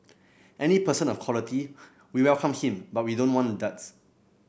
any person of quality we welcome him but we don't want duds